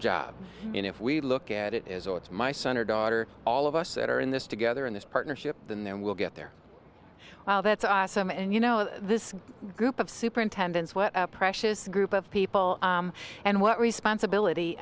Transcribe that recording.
job and if we look at it as oh it's my son or daughter all of us that are in this together in this partnership than then we'll get there well that's awesome and you know this group of superintendents what a precious group of people and what responsibility